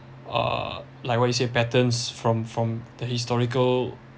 uh like what you say patterns from from the historical